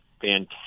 fantastic